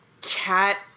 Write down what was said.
cat